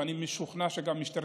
ואני משוכנע שגם משטרה